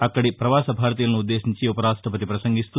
అక్కడి పవాస భారతీయులనుద్దేశించి ఉపరాష్టపతి ప్రసంగిస్తూ